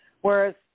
Whereas